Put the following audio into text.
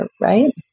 right